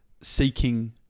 seeking